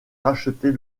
racheter